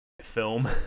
film